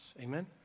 Amen